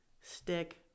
stick